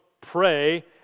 pray